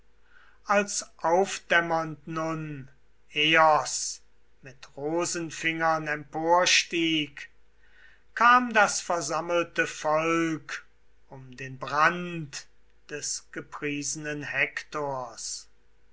als aufdämmernd nun eos mit rosenfingern emporstieg kam das versammelte volk um den brand des gepriesenen hektors